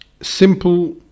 simple